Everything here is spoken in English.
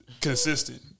consistent